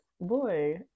boy